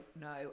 no